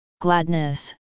gladness